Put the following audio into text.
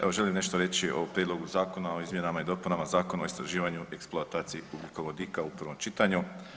Evo želim nešto reći o Prijedlogu zakona o izmjenama i dopunama Zakona o istraživanju i eksploataciji ugljikovodika u prvom čitanju.